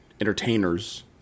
entertainers